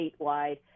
statewide